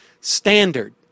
standard